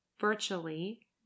virtually